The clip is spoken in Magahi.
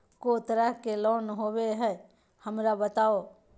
को तरह के लोन होवे हय, हमरा बताबो?